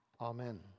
Amen